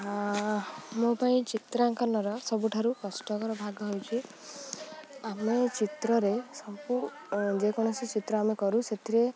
ମୋ ପାଇଁ ଚିତ୍ରାଙ୍କନର ସବୁଠାରୁ କଷ୍ଟକର ଭାଗ ହେଉଛି ଆମେ ଚିତ୍ରରେ ସବୁ ଯେକୌଣସି ଚିତ୍ର ଆମେ କରୁ ସେଥିରେ